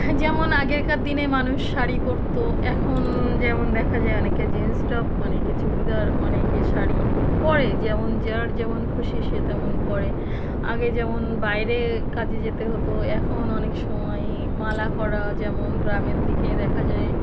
যেমন আগেকার দিনে মানুষ শাড়ি পরতো এখন যেমন দেখা যায় অনেকে জিন্স টপ অনেকে চুড়িদার অনেকে শাড়ি পরে যেমন যার যেমন খুশি সে তেমন পরে আগে যেমন বাইরে কাজে যেতে হত এখন অনেক সময়েই মালা করা যেমন গ্রামের দিকে দেখা যায়